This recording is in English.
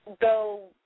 go